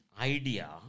idea